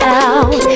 out